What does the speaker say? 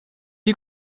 dit